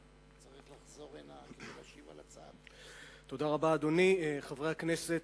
תודה רבה, חברי הכנסת,